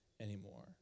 anymore